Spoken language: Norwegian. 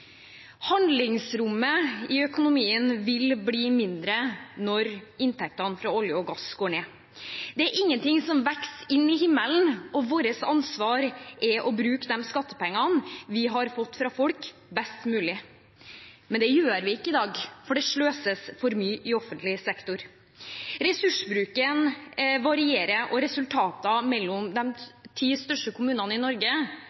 Handlingsrommet i økonomien vil bli mindre når inntektene fra olje og gass går ned. Det er ingenting som vokser inn i himmelen, og vårt ansvar er å bruke de skattepengene vi har fått fra folk, best mulig. Men det gjør vi ikke i dag, for det sløses for mye i offentlig sektor. Ressursbruken varierer, og forskjellene i resultater for de ti største kommunene i Norge